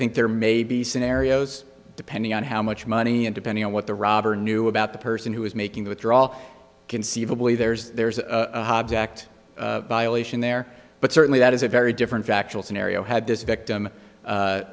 think there may be scenarios depending on how much money and depending on what the robber knew about the person who was making withdraw conceivably there's there's a object in there but certainly that is a very different factual scenario had this victim